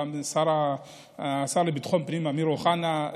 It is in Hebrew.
גם השר לביטחון פנים, אמיר אוחנה,